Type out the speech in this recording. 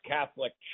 Catholic